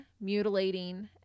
mutilating